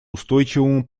устойчивому